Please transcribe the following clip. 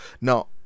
Now